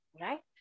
right